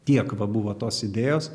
tiek va buvo tos idėjos